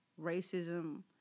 racism